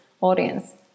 audience